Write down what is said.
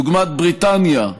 דוגמת בריטניה,